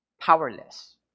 Powerless